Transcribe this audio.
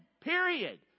Period